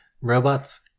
robots